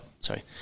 sorry